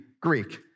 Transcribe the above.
Greek